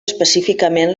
específicament